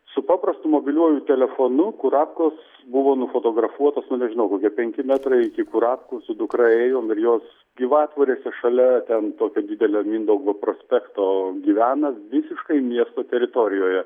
su paprastu mobiliuoju telefonu kurapkos buvo nufotografuotos nu nežinau kokie penki metrai iki kurapkų su dukra ėjom ir jos gyvatvorėse šalia ten tokio didelio mindaugo prospekto gyvena visiškai miesto teritorijoje